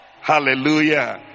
Hallelujah